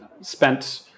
spent